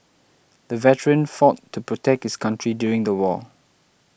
the veteran fought to protect his country during the war